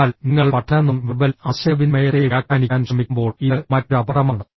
അതിനാൽ നിങ്ങൾ പഠന നോൺ വെർബൽ ആശയവിനിമയത്തെ വ്യാഖ്യാനിക്കാൻ ശ്രമിക്കുമ്പോൾ ഇത് മറ്റൊരു അപകടമാണ്